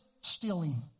stealing